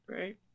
right